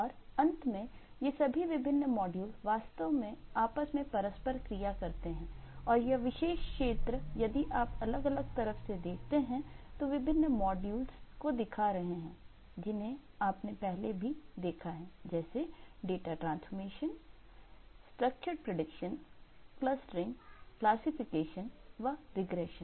और अंत में ये सभी विभिन्न मॉड्यूल वास्तव में आपस में परस्पर क्रिया करते हैं यह विशेष क्षेत्र यदि आप अलग अलग तरफ से देखते हैं तो विभिन्न मॉड्यूल दिखा रहे हैं जिन्हें आपने पहले भी देखा है जैसे data transformation structured prediction clustering classification व रिग्रेशन